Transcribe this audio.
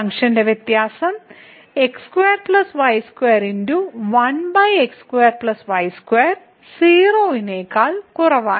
ഫംഗ്ഷന്റെ വ്യത്യാസം 0 നേക്കാൾ കുറവാണ്